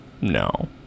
No